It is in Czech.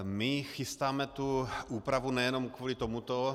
My chystáme tu úpravu nejenom kvůli tomuto.